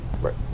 Right